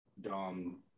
Dom